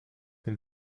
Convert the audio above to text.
nel